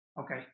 Okay